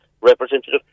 representative